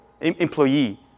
employee